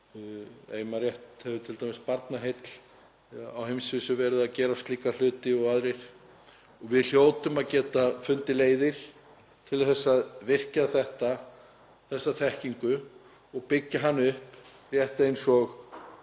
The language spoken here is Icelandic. ég man rétt hefur t.d. Barnaheill á heimsvísu verið að gera slíka hluti og aðrir. Við hljótum að geta fundið leiðir til að virkja þessa þekkingu og byggja hana upp rétt eins og